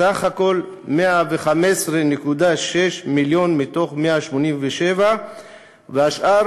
סך הכול: 115.6 מיליון מתוך 187. השאר